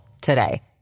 today